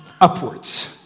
upwards